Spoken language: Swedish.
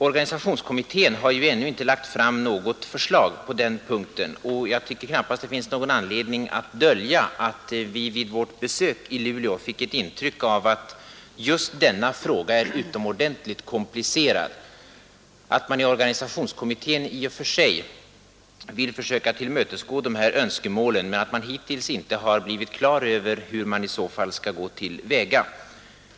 Organisationskommittén har ännu inte lagt fram något förslag på den punkten, och jag tycker knappast det finns någon anledning att dölja att vi vid vårt besök i Luleå fick ett intryck av att just denna fråga är utomordentligt komplicerad; organisationskommittén vill i och för sig försöka tillmötesgå de framställda önskemålen men har hittills inte fått klart för sig hur man i så fall skall gå till väga.